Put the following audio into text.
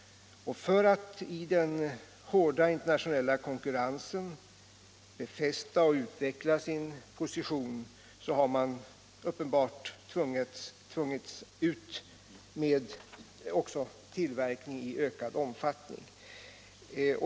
För att i den hårda internationella konkurrensen befästa och utveckla sin position har Nr 56 man uppenbart också i ökad utsträckning tvingats flytta ut sin tillverk Onsdagen den ning.